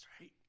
right